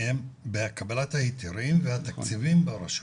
הן בקבלת ההיתרים והתקציבים ברשות.